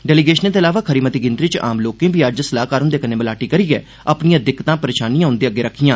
डेलीगेषनें दे अलावा खरी मती गिनतरी च आम लोकें बी अज्ज सलाहकार हुंदे कन्नै मलाटी करियै अपनिआं दिक्कतां परेषानिआं उंदे अग्गे रक्खियां